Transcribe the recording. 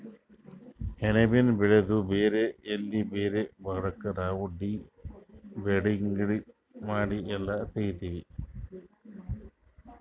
ಸೆಣಬಿನ್ ಬೆಳಿದು ಬೇರ್ ಎಲಿ ಬ್ಯಾರೆ ಮಾಡಕ್ ನಾವ್ ಡಿ ಬಡ್ಡಿಂಗ್ ಮಾಡಿ ಎಲ್ಲಾ ತೆಗಿತ್ತೀವಿ